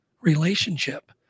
relationship